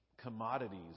commodities